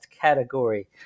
category